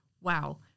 wow